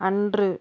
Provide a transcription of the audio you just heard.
அன்று